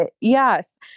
Yes